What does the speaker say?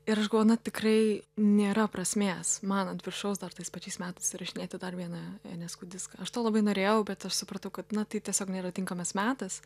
ir aš galvoju na tikrai nėra prasmės man ant viršaus dar tais pačiais metais įrašinėti dar vieną enesku diską aš to labai norėjau bet aš supratau kad na tai tiesiog nėra tinkamas metas